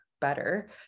better